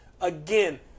Again